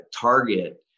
target